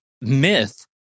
myth